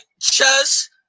chess